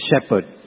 shepherd